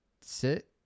sit